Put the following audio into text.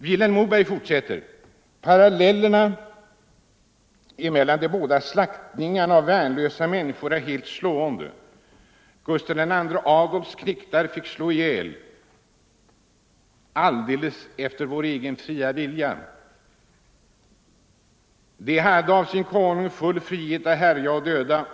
Vilhelm Moberg fortsätter: ”Parallellerna emellan de båda slaktningarna av värnlösa människor är helt slående, Gustav II Adolfs knektar fick slå ihjäl ”alldeles efter vår egen vilja”. De hade av sin konung full frihet att härja och döda.